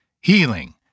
healing